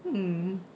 mm